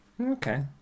Okay